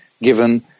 given